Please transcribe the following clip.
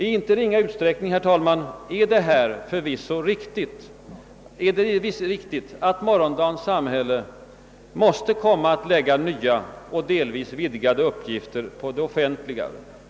I icke ringa utsträckning är det förvisso riktigt att morgondagens samhälle måste komma att lägga nya och delvis vidgade uppgifter på det offentliga.